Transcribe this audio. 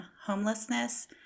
homelessness